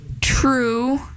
True